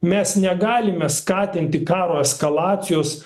mes negalime skatinti karo eskalacijos